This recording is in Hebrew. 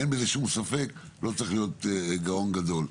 אין בזה שום ספק, לא צריך להיות גאון גדול.